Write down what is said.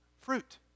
fruit